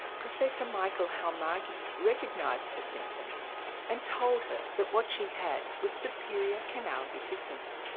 professor michael halmagyi recognised her symptoms and told her that what she had was superior canal dehiscence,